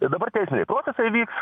ir dabar teisminiai procesai vyks